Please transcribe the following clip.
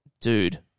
dude